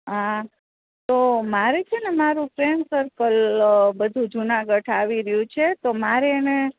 હા તો મારે છે ને મારું ફ્રેન્ડ સર્કલ બધું જૂનાગઢ આવી રહ્યું છે તો મારે એને